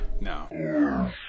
no